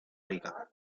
rica